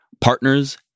partners